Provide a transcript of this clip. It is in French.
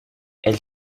elle